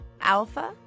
Alpha